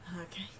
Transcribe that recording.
Okay